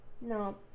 No